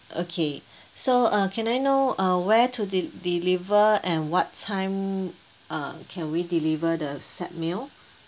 okay so uh can I know uh where to de~ deliver and what time uh can we deliver the set meal